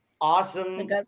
awesome